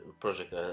project